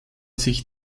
sich